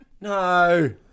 No